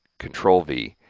control v.